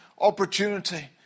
opportunity